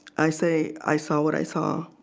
i say i saw what i saw